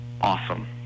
awesome